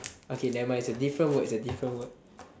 okay nevermind it's a different word it's a different word